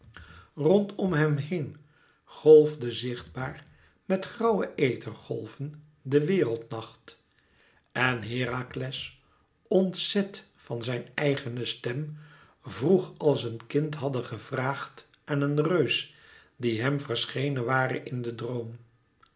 rondom hem heen golfde zichtbaar met grauwe ethergolven de wereldnacht en herakles ontzet van zijn eigene stem vroeg als een kind hadde gevraagd aan een reus die hem verschenen ware in den droom